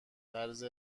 طرز